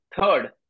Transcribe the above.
third